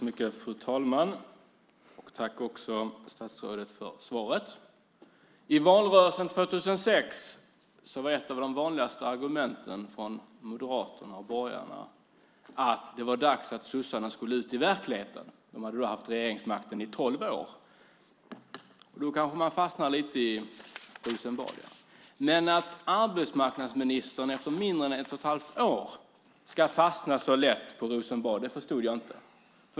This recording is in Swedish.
Fru talman! Tack, statsrådet, för svaret! I valrörelsen 2006 var ett av de vanligaste argumenten från Moderaterna och borgarna att det var dags att sossarna skulle ut i verkligheten. De hade ju haft regeringsmakten i tolv år, och på den tiden kanske man hade fastnat lite i Rosenbad. Men att arbetsmarknadsministern efter mindre än ett och ett halvt år ska fastna så lätt på Rosenbad förstod jag inte.